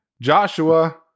Joshua